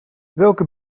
welke